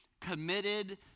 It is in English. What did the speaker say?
committed